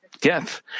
death